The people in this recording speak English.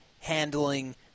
handling